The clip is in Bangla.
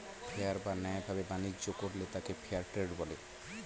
ফেয়ার বা ন্যায় ভাবে বাণিজ্য করলে তাকে ফেয়ার ট্রেড বলে